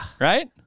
right